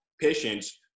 patients